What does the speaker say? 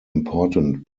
important